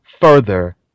further